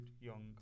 Young